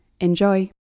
Enjoy